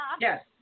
Yes